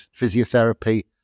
physiotherapy